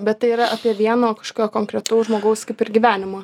bet tai yra apie vieno kažkokio konkretaus žmogaus kaip ir gyvenimą